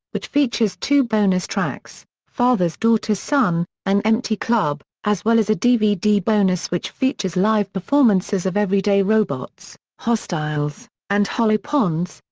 which features two bonus tracks, father's daughter's son and empty club, as well as a dvd bonus which features live performances of everyday robots, hostiles and hollow ponds,